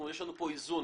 יש לנו פה איזון.